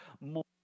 more